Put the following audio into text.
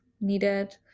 needed